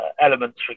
elements